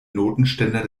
notenständer